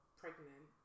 pregnant